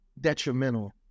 detrimental